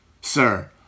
sir